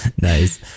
Nice